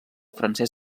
francès